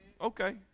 Okay